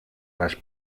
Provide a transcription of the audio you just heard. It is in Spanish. las